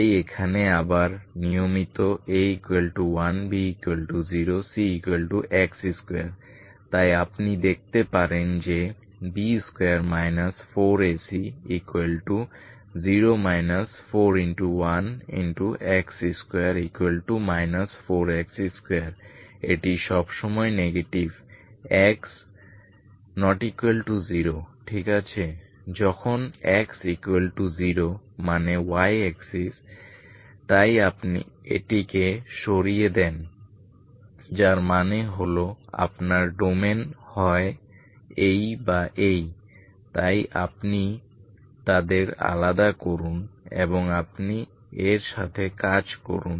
তাই এখানে আবার নিয়মিত A1 B0 Cx2 তাই আপনি দেখতে পাচ্ছেন যে B2 4AC0 41x2 4x2 এটি সবসময় x ≠ 0 এর জন্য নেগেটিভ ঠিক আছে যখন x ≠ 0 তাই ডোমেন হল যখন x 0 মানে y অ্যাক্সিস তাই আপনি এটিকে সরিয়ে দেন যার মানে হল আপনার ডোমেন হয় এই বা এই তাই আপনি তাদের আলাদা করুন এবং আপনি এর সাথে কাজ করুন